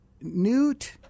Newt